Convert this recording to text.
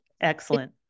Excellent